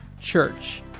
church